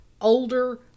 older